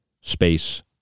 space